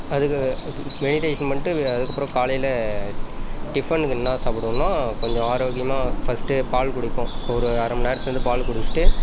அதுக்கு மெடிடேஷன் பண்ணிகிட்டு அதுக்கப்பறம் காலையில் டிஃபன்னுக்கு என்ன சாப்பிடுவேன்னா கொஞ்சம் ஆரோக்கியமாக ஃபஸ்ட்டு பால் குடிப்போம் ஒரு அரை மணி நேரம் செண்டு பால் குடிச்சுட்டு